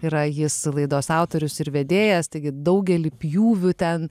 yra jis laidos autorius ir vedėjas taigi daugelį pjūvių ten